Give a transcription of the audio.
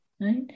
right